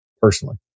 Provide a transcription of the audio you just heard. personally